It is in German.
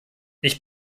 ich